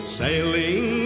sailing